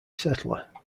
settler